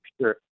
sure